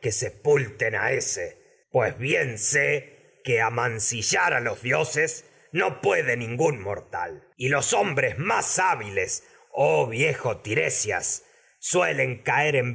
que sepulten no ése pues bien sé mortal que amancillar hombres vergon a los dioses puede ningún y los en más hábiles oh viejo tiresias suelen caídas